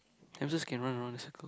hamsters can run around the circle